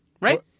Right